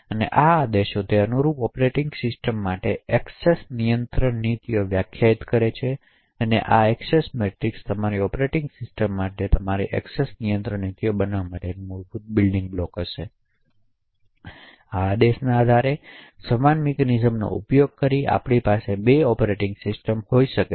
તેથી આ આદેશો તે અનુરૂપ ઑપરેટિંગ સિસ્ટમ માટે એક્સેસ નિયંત્રણ નીતિઓને વ્યાખ્યાયિત કરે છે આ એક્સેસ મેટ્રિક્સ તમારી ઑપરેટિંગ સિસ્ટમ્સ માટે તમારી એક્સેસ નિયંત્રણ નીતિઓ બનાવવા માટેનું મૂળભૂત બિલ્ડિંગ બ્લોક હશે તેથી આ આદેશોના આધારે સમાન મિકેનિઝમ્સનો ઉપયોગ કરીને આપણી પાસે બે ઑપરેટિંગ સિસ્ટમો હોઈ શકે છે